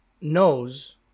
knows